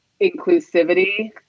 inclusivity